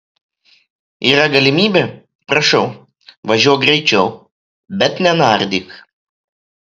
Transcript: yra galimybė prašau važiuok greičiau bet nenardyk